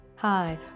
Hi